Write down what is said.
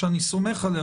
שאני סומך עליה,